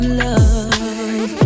love